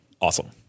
awesome